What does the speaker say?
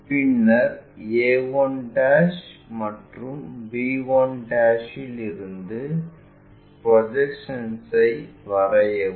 பின்னர் a1 மற்றும் b 1 இலிருந்து ப்ரொஜெக்ஷன்ஐ வரையவும்